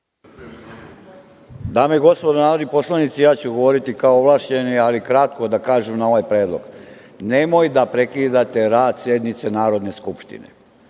Dame i gospodo narodni poslanici, ja ću govoriti kao ovlašćeni, ali kratko da kažem na ovaj predlog. Nemojte da prekidate rad sednice Narodne skupštine.